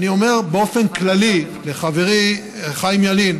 אני אומר באופן כללי לחברי חיים ילין,